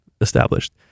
established